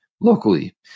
locally